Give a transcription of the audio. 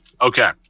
Okay